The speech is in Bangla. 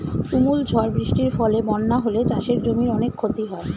তুমুল ঝড় বৃষ্টির ফলে বন্যা হলে চাষের জমির অনেক ক্ষতি হয়